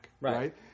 right